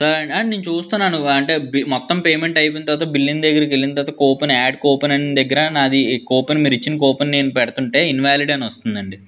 sir నేను చూస్తున్నాను అంటే పే మొత్తం పేమెంట్ అయిపోయిన తర్వాత బిల్లింగ్ దగ్గరకు వెళ్లిన తర్వాత కూపన్ యాడ్ కూపన్ అనే దగ్గర నాది ఈ కూపన్ మీరు ఇచ్చిన కూపన్ నేను పెడుతుంటే ఇన్వ్యాలిడ్ అని వస్తుందండి